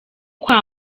kwa